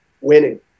Winning